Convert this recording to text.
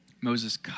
Moses